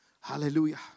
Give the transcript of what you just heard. Hallelujah